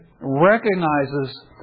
recognizes